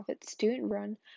student-run